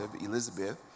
Elizabeth